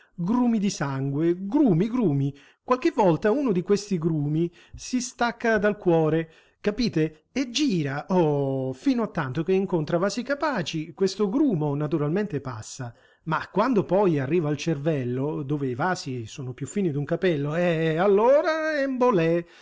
grumi di sangue grumi grumi qualche volta uno di questi grumi si stacca dal cuore capite e gira oh fino a tanto che incontra vasi capaci questo grumo naturalmente passa ma quando poi arriva al cervello dove i vasi sono più fini d'un capello eh allora embolé